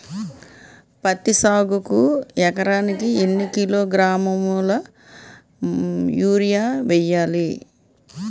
పత్తి సాగుకు ఎకరానికి ఎన్నికిలోగ్రాములా యూరియా వెయ్యాలి?